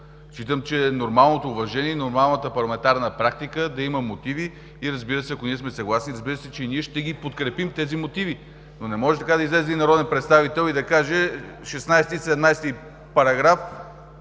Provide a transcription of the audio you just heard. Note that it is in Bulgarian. Считам, че нормалното уважение и нормалната парламентарна практика е да има мотиви и, разбира се, ако ние сме съгласни ще ги подкрепим тези мотиви. Но не може така – да излезе един народен представител и да каже: параграфи